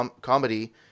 comedy